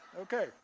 Okay